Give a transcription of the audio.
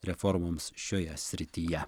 reformoms šioje srityje